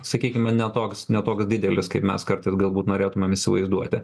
sakykime ne toks ne toks didelis kaip mes kartais galbūt norėtumėm įsivaizduoti